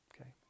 Okay